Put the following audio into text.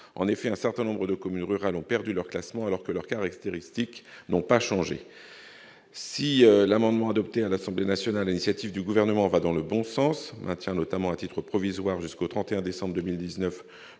en effet un certain nombre de communes rurales ont perdu leur classement alors que le regard extérieur STIC n'ont pas changé si l'amendement adopté à l'Assemblée nationale, initiative du gouvernement va dans le bon sens maintient notamment à titre provisoire, jusqu'au 31 décembre 2019